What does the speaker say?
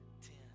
ten